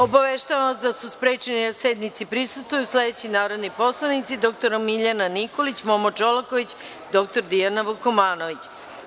Obaveštavam vas da su sprečeni da sednici prisustvuju sledeći narodni poslanici: dr Miljana Nikolić, Momo Čolaković i dr Dijana Vukomanović.